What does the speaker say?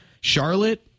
Charlotte